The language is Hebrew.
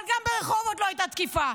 אבל גם ברחובות לא הייתה תקיפה.